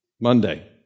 Monday